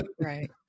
right